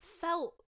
felt